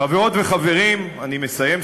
חברות וחברים, אני מסיים סוף-סוף.